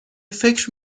فکر